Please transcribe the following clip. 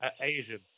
asian